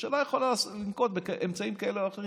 הממשלה יכולה לנקוט אמצעים כאלה או אחרים,